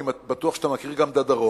אני בטוח שאתה מכיר גם את הדרום.